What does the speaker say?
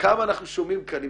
וכמה אנחנו שומעים כאן,